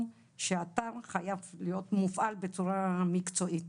שהאתר חייב להיות מופעל בצורה מקצועית.